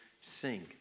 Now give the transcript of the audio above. sing